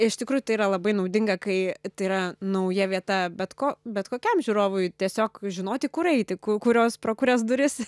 iš tikrųjų tai yra labai naudinga kai tai yra nauja vieta bet ko bet kokiam žiūrovui tiesiog žinoti kur eiti kur kurios pro kurias duris